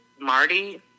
Marty